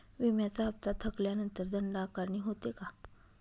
विम्याचा हफ्ता थकल्यानंतर दंड आकारणी होते का?